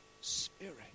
Spirit